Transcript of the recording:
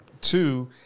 Two